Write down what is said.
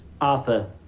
Arthur